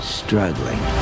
struggling